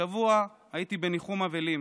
השבוע הייתי בניחום אבלים